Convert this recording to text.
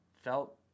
felt